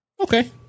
Okay